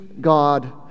God